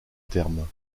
termes